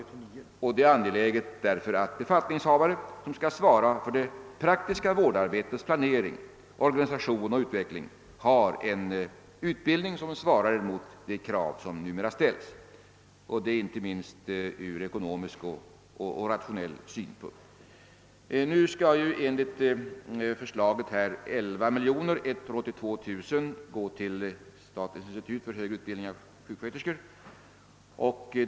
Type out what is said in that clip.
Det är därför angeläget att befattningshavare som skall svara för det praktiska vårdarbetets planering, organisation och utveckling har en utbildning som svarar mot de krav som numera ställs inte minst ur ekonomisk och rationaliseringssynpunkt. Nu skall enligt förslaget 11182 000 kronor gå till statens institut för högre utbildning av sjuksköterskor.